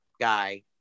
guy